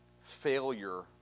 failure